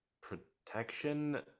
protection